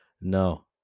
No